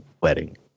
wedding